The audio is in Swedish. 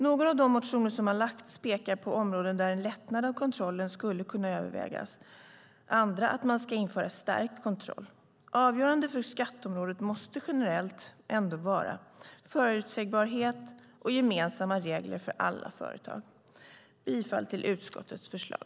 Några av de motioner som har väckts pekar på områden där en lättnad av kontrollen skulle kunna övervägas. Andra vill införa stärkt kontroll. Avgörande för skatteområdet måste generellt ändå vara förutsägbarhet och gemensamma regler för alla företag. Jag yrkar bifall till utskottets förslag.